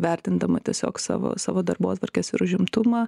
vertindama tiesiog savo savo darbotvarkes ir užimtumą